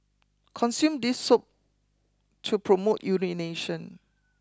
consume this soup to promote urination